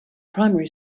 primary